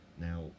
Now